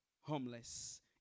homeless